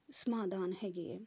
ਸਮਾਧਾਨ ਹੈਗੇ ਹੈ